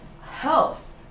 helps